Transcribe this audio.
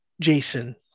Jason